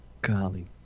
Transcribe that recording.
golly